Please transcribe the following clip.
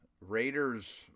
Raiders